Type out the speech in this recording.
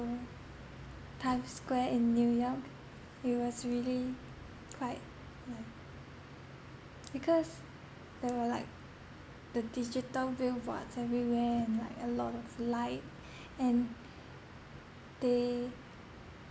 times square in new york it was really quite like because there were like the digital billboards everywhere and like a lot of light and they